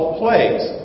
plagues